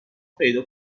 پیدا